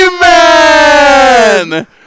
Man